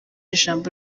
ijambo